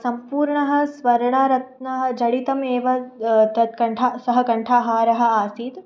सम्पूर्णः स्वर्णरत्नः जडितमेव तत् कण्ठा सः कण्ठाहारः आसीत्